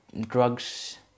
drugs